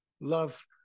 Love